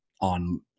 on